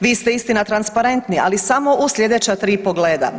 Vi ste istina transparentni, ali samo u sljedeća tri pogleda.